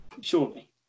Surely